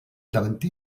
davanter